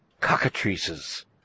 cockatrices